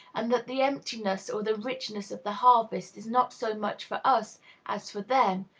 and that the emptiness or the richness of the harvest is not so much for us as for them,